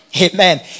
Amen